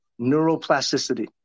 Neuroplasticity